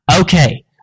Okay